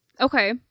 Okay